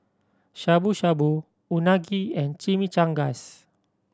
Shabu Shabu Unagi and Chimichangas